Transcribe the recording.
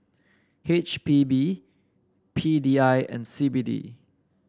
H P B P D I and C B D